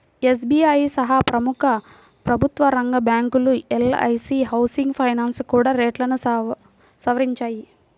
SBI సహా ప్రముఖ ప్రభుత్వరంగ బ్యాంకులు, ఎల్.ఐ.సీ హౌసింగ్ ఫైనాన్స్ కూడా రేట్లను సవరించాయి